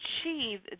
achieve